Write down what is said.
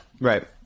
Right